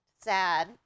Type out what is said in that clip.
Sad